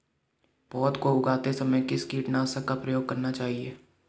पौध को उगाते समय किस कीटनाशक का प्रयोग करना चाहिये?